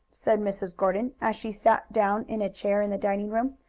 said mrs. gordon, as she sat down in a chair in the dining room,